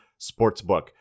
Sportsbook